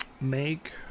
make